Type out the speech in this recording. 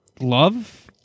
Love